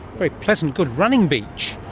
very pleasant, good running beach.